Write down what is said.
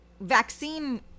vaccine